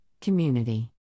community